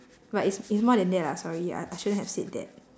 but it's it's more than that lah sorry I I shouldn't have said that